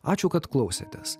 ačiū kad klausėtės